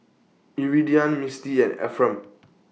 Iridian Mistie and Ephram